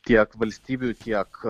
tiek valstybių tiek